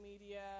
media